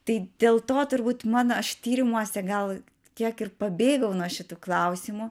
tai dėl to turbūt mano aš tyrimuose gal kiek ir pabėgau nuo šitų klausimų